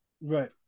Right